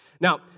Now